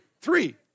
Three